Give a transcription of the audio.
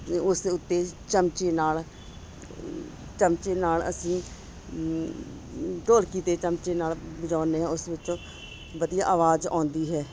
ਅਤੇ ਉਸਦੇ ਉੱਤੇ ਚਮਚੀ ਨਾਲ ਚਮਚੇ ਨਾਲ ਅਸੀਂ ਢੋਲਕੀ 'ਤੇ ਚਮਚੇ ਨਾਲ ਵਜਾਉਂਦੇ ਹਾਂ ਉਸ ਵਿੱਚੋਂ ਵਧੀਆ ਆਵਾਜ਼ ਆਉਂਦੀ ਹੈ